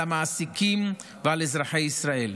על המעסיקים ועל אזרחי ישראל.